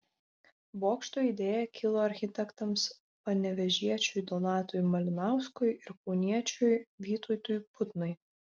bokšto idėja kilo architektams panevėžiečiui donatui malinauskui ir kauniečiui vytautui putnai